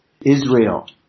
Israel